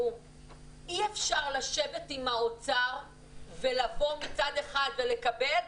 אי אפשר לשבת עם האוצר ומצד אחד לקבל,